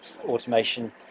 automation